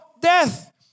death